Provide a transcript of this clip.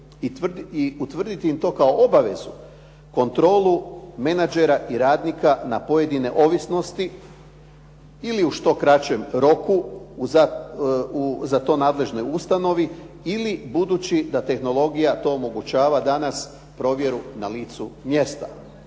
i utvrditi im to kao obavezu kontrolu menađera i radnika na pojedine ovisnosti ili u što kraćem roku u za to nadležnoj ustanovi ili budući da tehnologija to omogućava danas provjeru na licu mjesta.